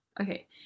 Okay